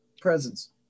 presence